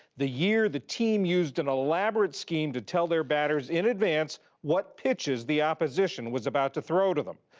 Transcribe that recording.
the year the team used an elaborate scheme to tell their batters in advance what pitches the opposition was about to throw to them.